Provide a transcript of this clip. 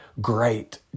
great